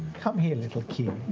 come here, little kiri.